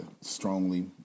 strongly